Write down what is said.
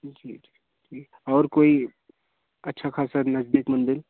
जी जी ठीक और कोई अच्छा खासा नजदीक मंदिर